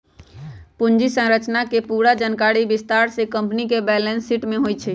पूंजी संरचना के पूरा जानकारी विस्तार से कम्पनी के बैलेंस शीट में होई छई